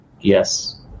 Yes